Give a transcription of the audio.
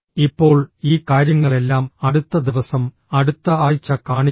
ഇപ്പോൾ ഈ കാര്യങ്ങളെല്ലാം അടുത്ത ദിവസം അടുത്ത ആഴ്ച കാണിക്കും